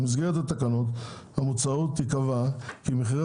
במסגרת התקנות המוצעות ייקבע כי מחירי